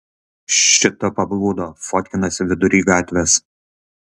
šita pablūdo fotkinasi vidury gatvės